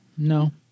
No